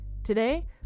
Today